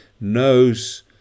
knows